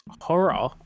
horror